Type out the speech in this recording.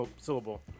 syllable